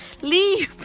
Leave